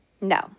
No